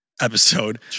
episode